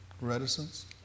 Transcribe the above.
Reticence